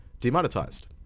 demonetized